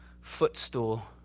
footstool